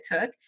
took